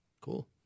Cool